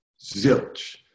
zilch